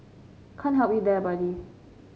can't help you there buddy